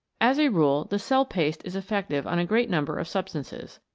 as a rule the cell-paste is effective on a great number of substances.